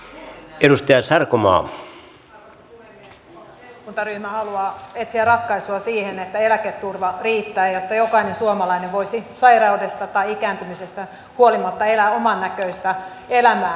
kokoomuksen eduskuntaryhmä haluaa etsiä ratkaisua siihen että eläketurva riittää jotta jokainen suomalainen voisi sairaudesta tai ikääntymisestä huolimatta elää omannäköistä elämää